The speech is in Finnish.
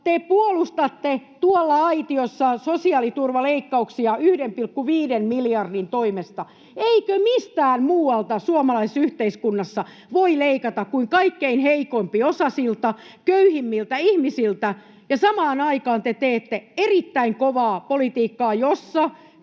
Te puolustatte tuolla aitiossa sosiaaliturvaleikkauksia 1,5 miljardin toimesta. Eikö mistään muualta suomalaisessa yhteiskunnassa voi leikata kuin kaikkein heikompiosaisilta, köyhimmiltä ihmisiltä? Ja samaan aikaan te teette erittäin kovaa politiikkaa, jossa